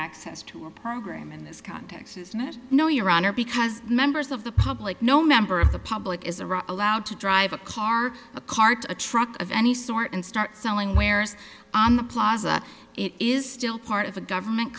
access to a program in this context isn't it no your honor because members of the public no member of the public is a allowed to drive a car a cart a truck of any sort and start selling wares on the plaza it is still part of a government